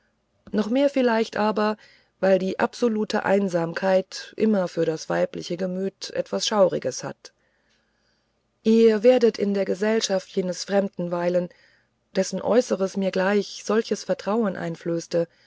noch mehr vielleicht aber weil die absolute einsamkeit immer für das weibliche gemüt etwas schauriges hat ihr werdet in der gesellschaft jenes fremden weilen dessen äußeres mir gleich solches vertrauen einflößte